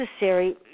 necessary